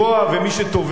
ומי שתובע,